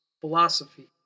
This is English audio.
philosophy